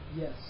Yes